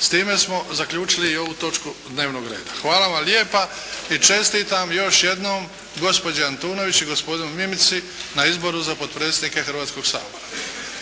S time smo zaključili i ovu točku dnevnog reda. Hvala vam lijepa. I čestitam još jednom gospođi Antunović i gospodinu Mimici na izboru za potpredsjednika Hrvatskoga sabora.